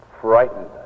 frightened